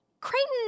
Creighton